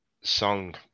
song